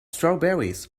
strawberries